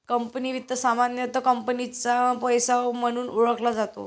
company वित्त सामान्यतः कंपनीचा पैसा म्हणून ओळखला जातो